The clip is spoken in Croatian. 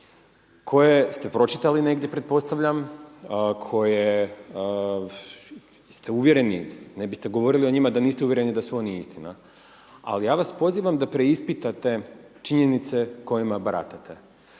koje ste pročitali negdje, pretpostavljam, koje ste uvjereni, ne biste govorili o njima da niste uvjereni da su oni istina. Ali ja vas pozivam da preispitate činjenice kojima baratate.